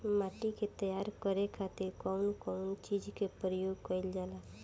माटी के तैयार करे खातिर कउन कउन चीज के प्रयोग कइल जाला?